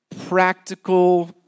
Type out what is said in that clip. practical